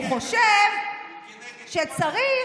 הוא חושב שצריך,